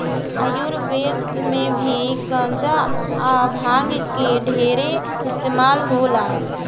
आयुर्वेद मे भी गांजा आ भांग के ढेरे इस्तमाल होला